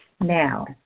Now